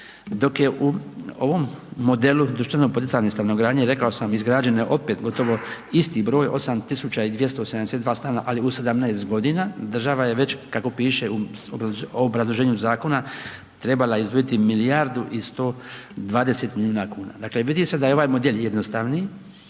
Dok je u ovom modelu društveno poticajne stanogradnje rekao sam, izgrađeno je opet gotovo isti broj 8272 stana ali u 17 godina. Država je već kako piše u obrazloženju zakona trebala izdvojiti milijardu i 120 milijuna kuna. Dakle vidi se da je ovaj model jednostavniji,